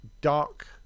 dark